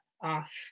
off